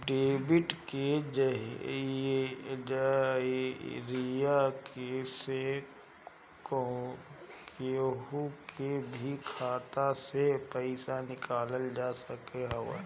debit के जरिया से केहू के भी खाता से पईसा निकालल जात हवे